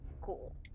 Cool